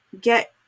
get